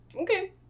okay